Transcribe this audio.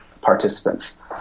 participants